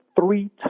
three